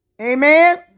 amen